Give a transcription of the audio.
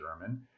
German